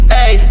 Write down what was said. Hey